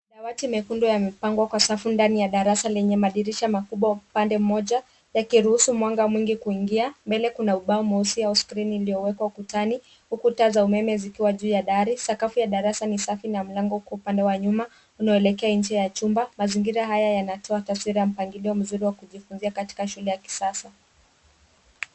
Dawati mekundu yamepangwa kwa safu ndani ya darasa lenye madirisha makubwa upande mmoja yakiruhusu mwanga mwingi kuingia. Mbele kuna ubao mweusi au skrini iliyowekwa ukutani. Ukuta za umeme zikiwa juu ya dari. Sakafu ya darasa ni safi na mlango kwa upande wa nyuma unaoelekea nje ya chumba. Mazingira haya yanatoa taswira mpangilio mzuri wa kujifunza katika shule ya kisasa.